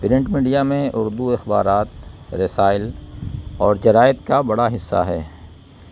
print media میں اردو اخبارات رسائل اور جرائت کا بڑا حصہ ہے